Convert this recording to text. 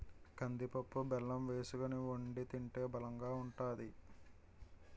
కందిపప్పు బెల్లం వేసుకొని వొండి తింటే బలంగా ఉంతాది